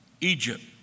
Egypt